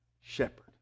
shepherd